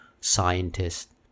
scientists